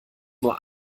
nur